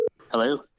Hello